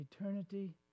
eternity